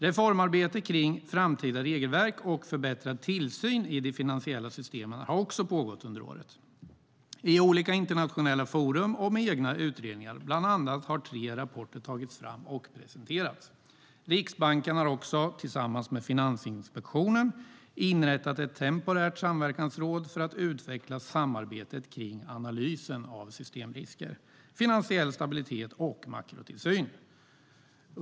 Reformarbete kring framtida regelverk och en förbättrad tillsyn i de finansiella systemen har också pågått under året, i olika internationella forum och med egna utredningar. Bland annat har tre rapporter tagits fram och presenterats. Riksbanken har också tillsammans med Finansinspektionen inrättat ett temporärt samverkansråd för att utveckla samarbetet kring analysen av systemrisker, finansiell stabilitet och makrotillsyn.